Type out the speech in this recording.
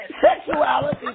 Sexuality